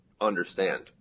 understand